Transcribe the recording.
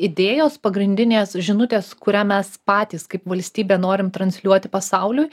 idėjos pagrindinės žinutės kurią mes patys kaip valstybė norim transliuoti pasauliui